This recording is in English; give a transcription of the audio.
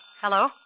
Hello